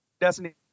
destiny